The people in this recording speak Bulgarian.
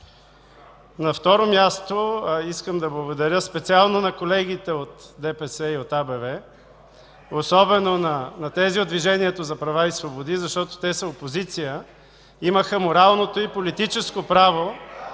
На второ място, искам да благодаря специално на колегите от ДПС и АБВ, особено на тези от Движението за права и свободи, защото те са опозиция – имаха моралното и политическо право